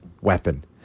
weapon